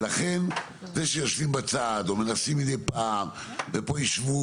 לכן זה שיושבים בצד או מנסים מדי פעם ופה יישבו